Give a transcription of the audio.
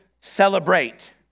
celebrate